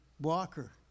walker